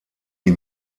die